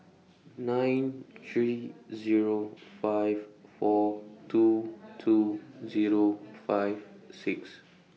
nine three Zero five four two two Zero five six